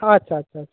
আচ্ছা আচ্ছা আচ্ছা